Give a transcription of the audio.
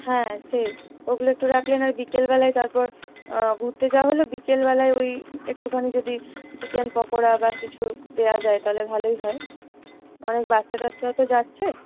হ্যাঁ সেই ওগুলো একটু রাখলে নয় বিকেলবেলায় তারপর ঘুরতে যাওয়া হল বিকেলবেলায় ঐ একটুখানি যদি চিকেন পকোড়া বা কিছু দেওয়া যায় তাহলে ভালোই হয় অনেক বাচ্চাটাচ্চাও তো যাচ্ছে